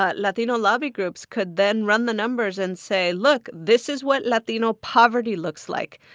ah latino lobby groups could then run the numbers and say, look, this is what latino poverty looks like.